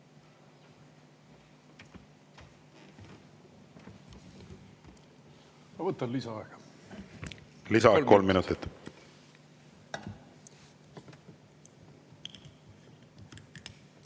Ma võtan lisaaega. Lisaaeg kolm minutit.